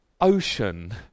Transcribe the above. ocean